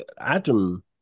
adam